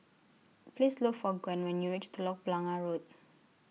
Please Look For Gwen when YOU REACH Telok Blangah Road